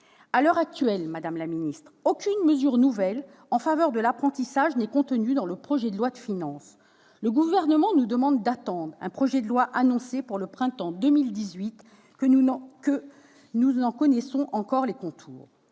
À l'heure actuelle, madame la ministre, aucune mesure nouvelle en faveur de l'apprentissage n'est contenue dans le projet de loi de finances. Le Gouvernement nous demande d'attendre un projet de loi annoncé pour le printemps 2018, sans que nous en connaissions encore les contours.